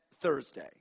Thursday